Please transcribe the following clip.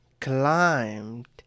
climbed